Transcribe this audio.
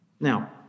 Now